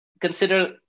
consider